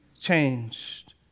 changed